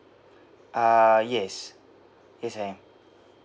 uh yes yes I am